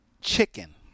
Chicken